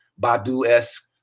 badu-esque